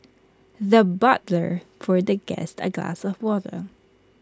the butler poured the guest A glass of water